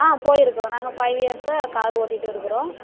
ஆ போயிருக்கிறோம் நாங்கள் ஃபைவ் இயர்ஸாக காரு ஓட்டிகிட்டு இருக்கிறோம்